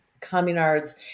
communards